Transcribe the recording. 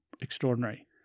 extraordinary